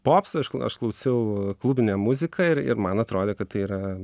popso aš klausiau klubinę muziką ir ir man atrodė kad tai yra